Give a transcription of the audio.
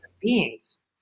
beings